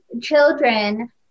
children